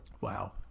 Wow